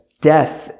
death